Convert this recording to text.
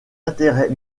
intérêts